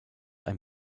ein